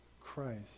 Christ